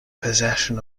possession